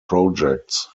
projects